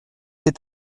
cet